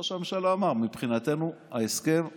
ראש הממשלה אמר: מבחינתנו הנושא